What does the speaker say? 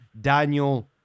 Daniel